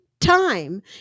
time